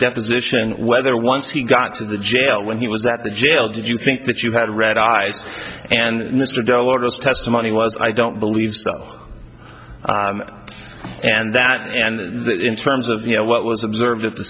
deposition whether once he got to the jail when he was that the jail did you think that you had red eyes and mr dulles testimony was i don't believe so and that and that in terms of you know what was observed